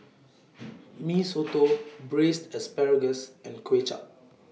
Mee Soto Braised Asparagus and Kway Chap